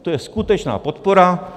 To je skutečná podpora.